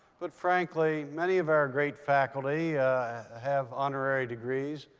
but frankly, many of our great faculty have honorary degrees.